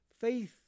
Faith